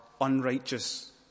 unrighteous